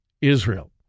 Israel